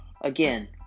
again